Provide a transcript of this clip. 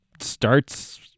starts